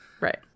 right